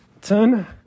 ten